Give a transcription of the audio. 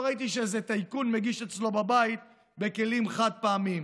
לא ראיתי שאיזה טייקון מגיש אצלו בבית בכלים חד-פעמיים.